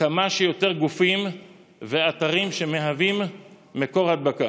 כמה שיותר גופים ואתרים שמהווים מקור הדבקה.